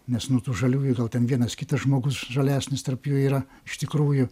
nes nu tų žaliųjų gal ten vienas kitas žmogus žalesnis tarp jų yra iš tikrųjų